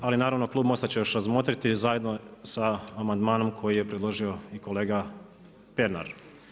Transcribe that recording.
Ali naravno, klub MOST-a će još razmotriti zajedno sa amandmanom koji je predložio i kolega Pernar.